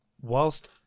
whilst